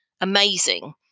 amazing